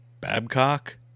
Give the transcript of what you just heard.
Babcock